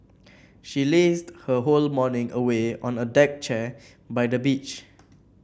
she lazed her whole morning away on a deck chair by the beach